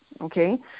okay